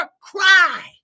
cry